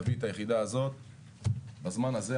תביא את היחידה הזאת בזמן הזה,